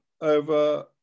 over